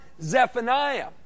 Zephaniah